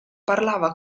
parlava